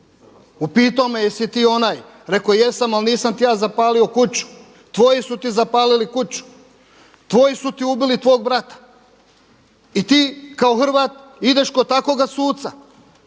upitao me je jesi ti onaj, reko jesam ali nisam ti ja zapalio kuću, tvoji su ti zapalili kuću, tvoji su ti ubili tvog brata. I ti kao Hrvat ideš kod takvoga suca